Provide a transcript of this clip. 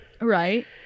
Right